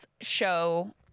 show